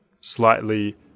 slightly